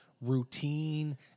routine